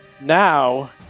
Now